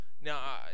now